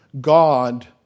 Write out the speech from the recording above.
God